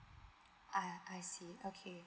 uh I see okay